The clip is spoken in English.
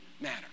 matter